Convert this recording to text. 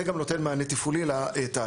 זה גם נותן מענה תפעולי לתהליך.